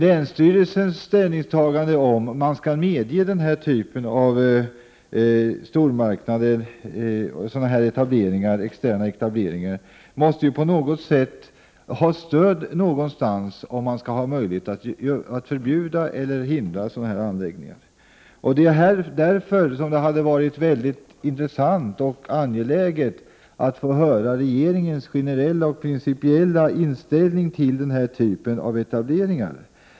Länsstyrelsens ställningstagande när det gäller om man skall medge denna typ av stormarknader och externa etableringar måste på något sätt stödja sig på något, om man skall ha möjlighet att förbjuda eller hindra sådana här anläggningar. Det är därför mycket intressant och angeläget att få höra regeringens generella och principiella inställning till denna typ av etableringar.